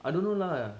I don't know lah